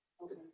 Okay